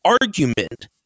argument